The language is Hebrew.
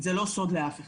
זה לא סוד לאף אחד,